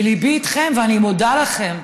וליבי איתכם, ואני מודה לכם.